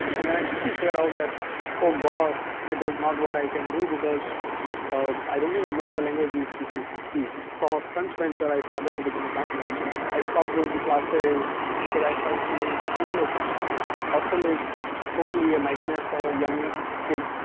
and then i quickly figured out that oh gosh! it is not what i can do because um i don't even know the language these people speak. from a front bencher, i started to become a back bencher. but i stopped going to classes because i started feeling humiliated in the class. vss hostel is totally a nightmare for a young kid.